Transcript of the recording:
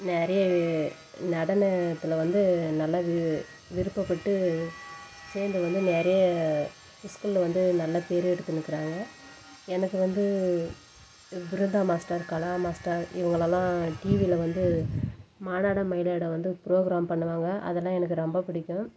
நிறைய நடனத்தில் வந்து நல்லா வி விருப்பப்பட்டு சேர்ந்து வந்து நிறைய ஸ்கூலில் வந்து நல்ல பேரு எடுத்துன்னுக்கிறாங்க எனக்கு வந்து பிருந்தா மாஸ்டர் கலா மாஸ்டர் இவங்களலாம் டிவியில் வந்து மானாட மயிலாட வந்து ப்ரோகிராம் பண்ணுவாங்க அதெல்லாம் எனக்கு ரொம்ப பிடிக்கும்